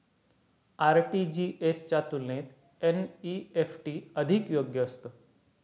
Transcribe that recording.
RTGS च्या तुलनेत NEFT अधिक योग्य असतं